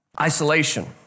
isolation